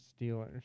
Steelers